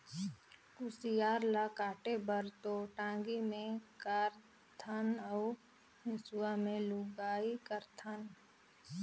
कुसियार ल काटे बर तो टांगी मे कारथन अउ हेंसुवा में लुआई करथन